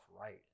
right